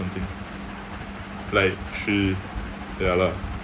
something like she ya lah